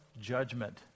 judgment